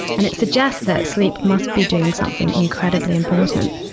and it suggests that sleep must be doing something incredibly important.